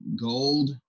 gold